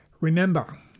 Remember